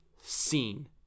seen